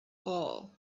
all